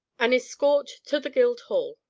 an escort to the guildhall.